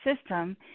system